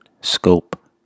scope